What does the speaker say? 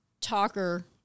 talker